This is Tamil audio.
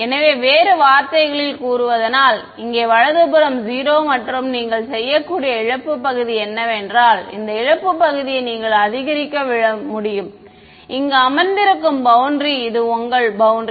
எனவே வேறு வார்த்தைகளில் கூறுவதானால் இங்கே வலதுபுறம் 0 மற்றும் நீங்கள் செய்யக்கூடிய இழப்பு பகுதி என்னவென்றால் இந்த இழப்பு பகுதியை நீங்கள் அதிகரிக்க முடியும் இங்கு அமர்ந்திருக்கும் பௌண்டரி இது உங்கள் பௌண்டரி